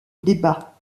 débat